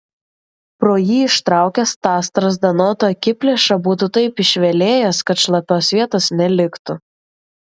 pro jį ištraukęs tą strazdanotą akiplėšą būtų taip išvelėjęs kad šlapios vietos neliktų